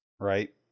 right